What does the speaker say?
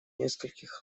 нескольких